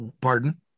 pardon